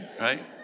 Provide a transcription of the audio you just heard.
right